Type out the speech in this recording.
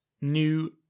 new